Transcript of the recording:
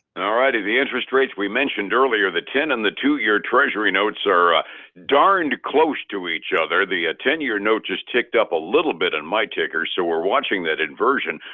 and alrighty. the interest rates we mentioned earlier the ten and the two year treasury notes are darned close to each other, the ten-year note just ticked up a little bit on and my ticker, so we're watching that inversion.